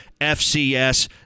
FCS